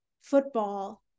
football